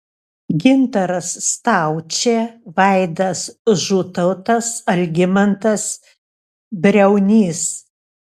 gintaras staučė vaidas žutautas algimantas briaunys